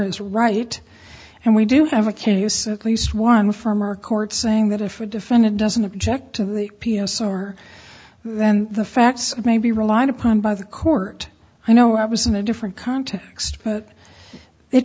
is right and we do have a can use at least one firm or court saying that if the defendant doesn't object to the piano sooner then the facts may be relied upon by the court i know i was in a different context but it